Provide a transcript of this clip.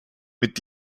mit